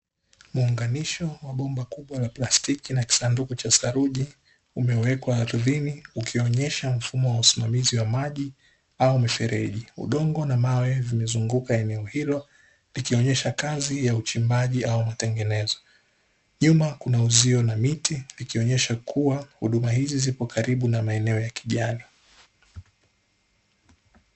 Muunganisho wa bomba kubwa la plastiki na kisanduku cha saruji, umewekwa ardhini ukionyesha mfumo wa usimamizi wa maji au mifereji. Udongo na mawe vimezunguka eneo hilo likionyesha kazi ya uchimbaji au matengenezo, nyuma kuna uzio na miti likionyesha kuwa huduma hizi zipo karibu na maeneo ya kijani.